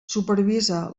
supervisa